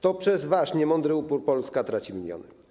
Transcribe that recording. To przez wasz niemądry upór Polska traci miliony.